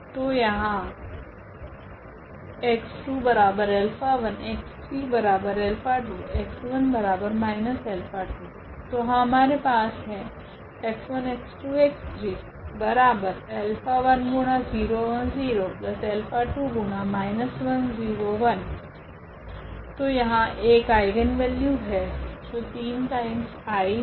तो यहाँ ⇒𝑥2𝛼1 𝑥3𝛼2 𝑥1−𝛼2 तो हमारे पास है तो यहाँ 1 आइगनवेल्यू है जो 3 टाइम्स आया है